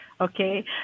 Okay